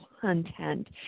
content